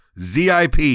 ZIP